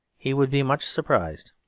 he would be much surprised.